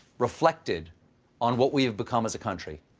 reflected on what we have become as a country,